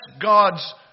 God's